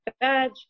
badge